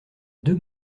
deux